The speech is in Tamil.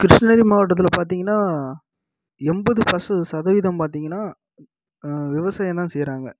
கிருஷ்ணகிரி மாவட்டத்தில் பார்த்திங்கனா எண்பது பர்ஸ்சு சதவீதம் பார்த்திங்கனா விவசாயந்தான் செய்கிறாங்க